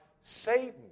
Satan